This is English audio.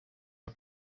are